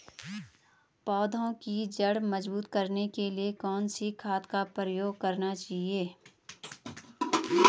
पौधें की जड़ मजबूत करने के लिए कौन सी खाद का प्रयोग करना चाहिए?